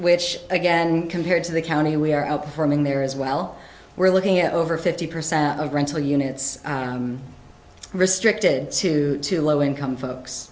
which again compared to the county we are forming there as well we're looking at over fifty percent of rental units restricted to two low income folks